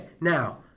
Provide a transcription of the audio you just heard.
now